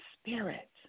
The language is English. spirit